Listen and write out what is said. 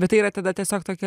bet tai yra tada tiesiog tokia